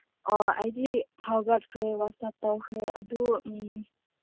ꯑꯣ ꯑꯩꯗꯤ ꯍꯧꯒꯠꯈ꯭ꯔꯦ ꯋꯥꯁ ꯑꯞ ꯇꯧꯈ꯭ꯔꯦ ꯑꯗꯨꯒꯤ